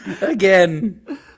again